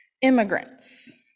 immigrants